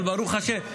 אבל ברוך השם,